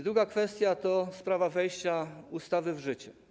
Druga kwestia to sprawa wejścia ustawy w życie.